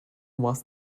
was